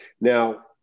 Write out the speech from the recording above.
Now